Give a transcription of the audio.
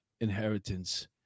inheritance